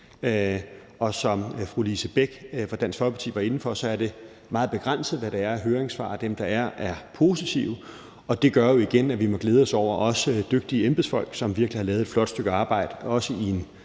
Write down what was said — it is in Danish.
Som fru Lise Bech fra Dansk Folkeparti var inde på, er det meget begrænset, hvad der er af høringssvar, og dem, der er, er positive, og det gør jo også igen, at vi må glæde os over dygtige embedsfolk, som virkelig har lavet et flot stykke arbejde, også i en